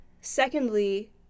Secondly